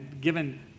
given